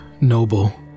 noble